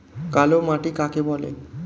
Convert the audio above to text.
কালো মাটি কাকে বলে?